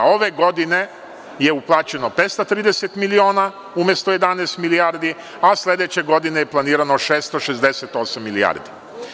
Ove godine je uplaćeno 530 miliona, umesto 11 milijardi, a sledeće godine je planirano 668 milijardi.